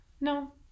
No